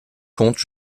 comptent